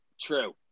True